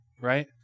right